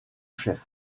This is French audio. chef